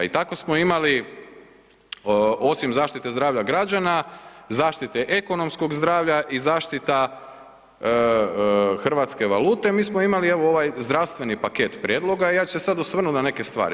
I tako smo imali osim zaštite zdravlja građana, zaštite ekonomskog zdravlja i zaštita hrvatske valute, mi smo imali evo ovaj zdravstveni paket prijedloga i ja ću se sad osvrnut na neke stvari.